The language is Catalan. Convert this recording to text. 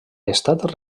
estat